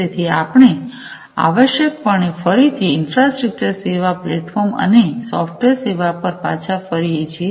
તેથી આપણે આવશ્યકપણે ફરીથી ઈન્ફ્રાસ્ટ્રક્ચર સેવા પ્લેટફોર્મ સેવા અને સોફ્ટવેર સેવા પર પાછા ફરીએ છીએ